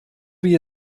wie